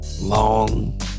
Long